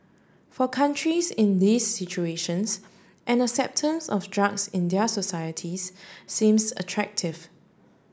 for countries in these situations an acceptance of drugs in their societies seems attractive